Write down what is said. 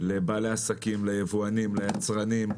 לבעלי עסקים, ליבואנים, ליצרנים.